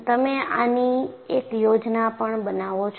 તમે આની એક યોજના પણ બનાવો છો